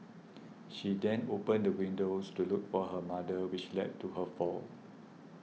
she then opened the windows to look for her mother which led to her fall